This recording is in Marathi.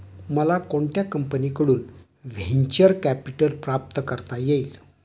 मला कोणत्या कंपनीकडून व्हेंचर कॅपिटल प्राप्त करता येईल?